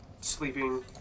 sleeping